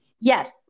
yes